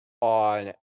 on